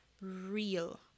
real